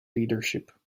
leadership